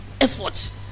effort